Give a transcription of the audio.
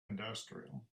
industrial